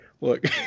look